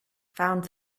found